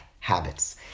habits